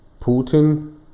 Putin